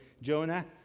Jonah